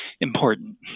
important